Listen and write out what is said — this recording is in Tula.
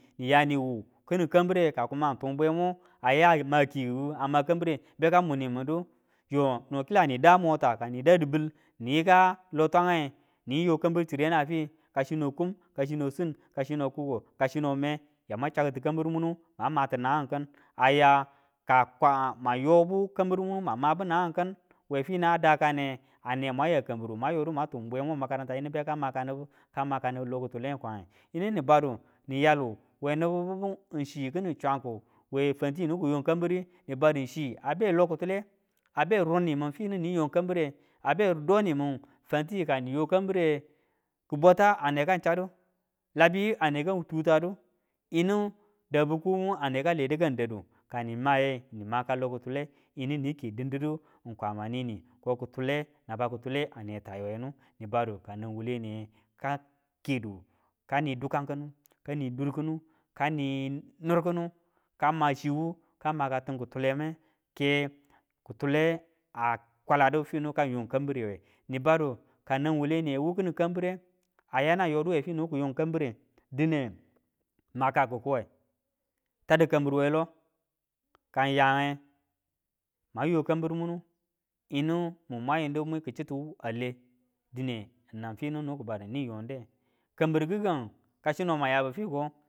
Niya niwu kini kambire ka kuma bwemo aya ma kikiku a ma kambire beka mu nimindu, yo no kila da mota kani da di bil ni yika lot wange niyo kambir chirena a fi ka chino kum kachino sin kachino kuko ka chino me ya mwang chak tu kambir munu ma mati nangangi kin aya ka kwama yobu kambir munu mang mabu nangangi kiu we fina da kane ane mwan ya kambir munu mwan yodu mwan tung bwemi a makaranta yinu beka maka nibu ka maka nibu lokitulemi kwange, yinu ni badu yalo we nibi bibu chi kini swangu we fantiyu nibu kiyon kambiri yu ni badu chi a beloki kule abe ru nimin fini ni yong kambire, a be doni min fantiyu kaniyo kambire. Kibwata ane kang chadu, labiyu ane ka tutadi yiwu dabu kumu anekang ledu kanin dadi, kani maye ni mak lokitule yini nike din didi kwama nini ko kitule naba kitule ane taiwe nu, ka nang wuwule niye ka kedu ka ni dukan kinu kani durkinu ti nur kinu kama chiwu ka maka tim kitule me ke kitule a kwaladi fi ka yong kambirenwe. Ka nang wuwule niye wu kini kambireyanang yodu we fini nibu kiyon kambire, dine maka kikuwe. Tadu kambirunwe lo kang yang mwan yo kambir muna yim mun mwan yindu mwi ki chi wu a le dine nan fini nibu ki badu ni yonde. Kambiru kikang kachino mwan yabu fiko